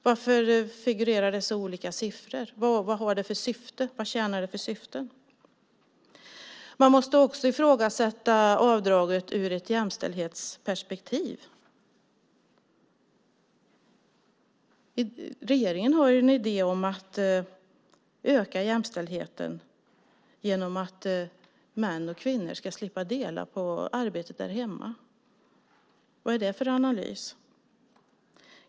Varför figurerar dessa olika siffror? Vad tjänar det för syfte? Vidare måste man ifrågasätta avdraget ur ett jämställdhetsperspektiv. Regeringen har en idé om att öka jämställdheten genom att män och kvinnor ska slippa dela på arbetet hemma. Vad är det för analys?